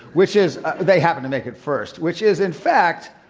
which is they happened to make it first which is, in fact,